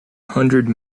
hundred